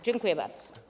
Dziękuję bardzo.